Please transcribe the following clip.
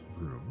room